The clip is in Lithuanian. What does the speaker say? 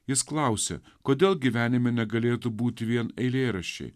jis klausė kodėl gyvenime negalėtų būti vien eilėraščiai